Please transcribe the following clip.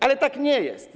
Ale tak nie jest.